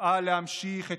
נפעל להמשיך את